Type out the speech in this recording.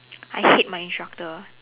I hate my instructor